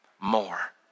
more